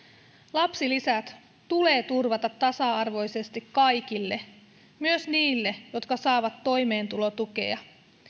lapsilisät tulee turvata tasa arvoisesti kaikille myös niille jotka saavat toimeentulotukea